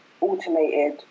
automated